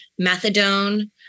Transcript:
methadone